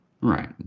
Right